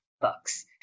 books